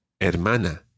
Hermana